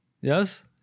yes